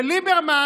וליברמן,